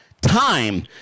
time